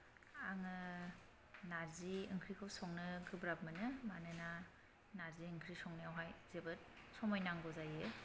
आङो नारजि ओंख्रिखौ संनो गोब्राब मोनो मानोना नारजि ओंख्रि संनायाव जोबोद समय नांगौ जायो